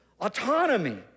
autonomy